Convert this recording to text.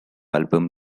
album